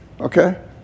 Okay